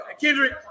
Kendrick